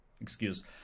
excuse